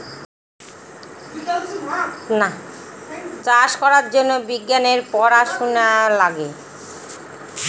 চাষ করার জন্য বিজ্ঞানের পড়াশোনা লাগে